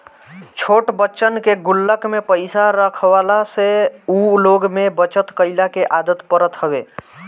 छोट बच्चन के गुल्लक में पईसा रखवला से उ लोग में बचत कइला के आदत पड़त हवे